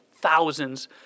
thousands